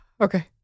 okay